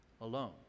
alone